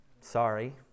sorry